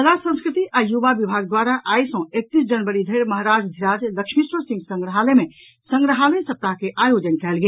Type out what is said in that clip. कला संस्कृति आ युवा विभाग द्वारा आई सँ एकतीस जनवरी धरि महराज धिराज लक्ष्मीश्वर सिंह संग्राहलय मे संग्राहलय सप्ताह के आयोजन कयल गेल